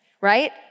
right